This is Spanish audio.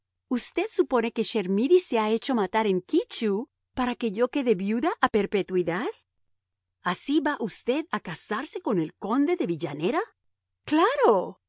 usted supone que chermidy se ha hecho matar en ky tcheou para que yo quede viuda a perpetuidad así va usted a casarse con el conde de villanera claro